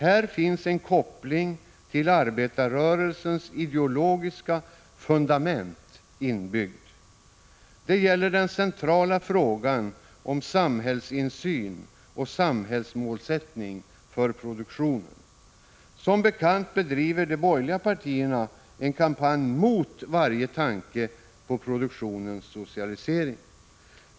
Här finns också en koppling till arbetarrörelsens ideologiska Prot. 1985/86:136 fundament. Det gäller den centrala frågan om samhällsinsyn och samhälls 7 maj 1986 målsättning för produktionen. Som bekant bedriver de borgerliga partierna en kampanj mot varje tanke på produktionens socialisering.